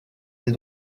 des